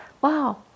wow